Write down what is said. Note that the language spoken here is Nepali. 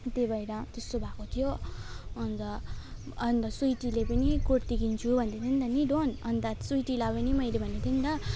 त्यही भएर त्यस्तो भएको थियो अनि त अनि त स्विटीले पनि कुर्ती किन्छु भन्दैथियो त नि डोन अनि त स्विटीलाई पनि मैले भनेको थिएँ नि त